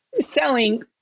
selling